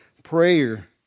Prayer